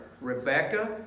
Rebecca